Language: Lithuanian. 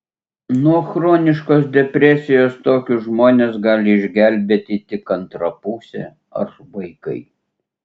nuo chroniškos depresijos tokius žmones gali išgelbėti tik antra pusė ar vaikai